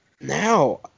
Now